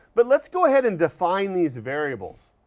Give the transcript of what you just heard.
but let's go ahead and define these variables